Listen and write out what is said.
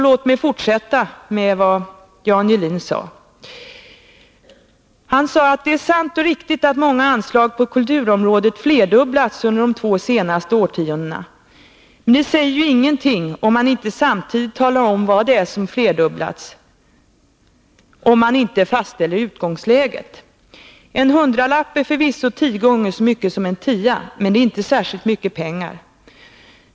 Låt mig fortsätta med vad Jan Gehlin sade: ”Det är sant och riktigt, att många anslag på kulturområdet flerdubblats under de två senaste årtiondena. Men det säger ju ingenting, om man inte samtidigt talar om vad det är som har flerdubblats, om man inte fastställer utgångsläget. En hundralapp är förvisso tio gånger så mycket som en tia, men det är inte särskilt mycket pengar.